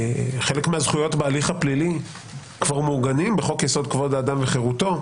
שחלק מהזכויות בהליך הפלילי כבר מעוגנות בחוק-יסוד: כבוד האדם וחירותו.